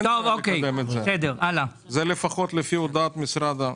לקדם את זה, לפחות לפי הודעת משרד התחבורה.